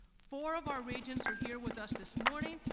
four of our regents are here with us this morning,